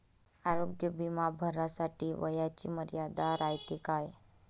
आरोग्य बिमा भरासाठी वयाची मर्यादा रायते काय?